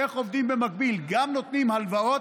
איך עובדים במקביל: גם נותנים הלוואות,